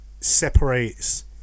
separates